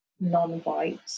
non-white